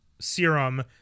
serum